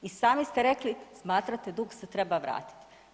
I sami ste rekli smatrate dug se treba vratiti.